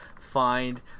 find